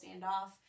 standoff